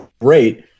great